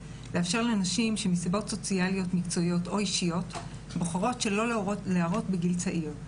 לאפשר לנשים שמסיבות אישיות או סוציאליות בוחרות שלא להרות בגיל צעיר.